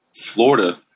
Florida